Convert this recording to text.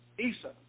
Isa